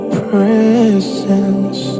presence